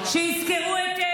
אם תקשיב עד הסוף, תבין.